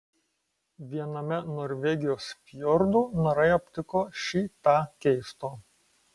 viename norvegijos fjordų narai aptiko šį tą keisto